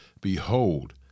Behold